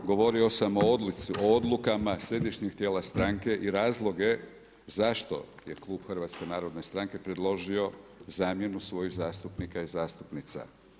Govorio sam o odlukama središnjih tijela stranke i razloge zašto je klub HNS-a predložio zamjenu svojih zastupnika i zastupnica.